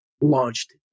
launched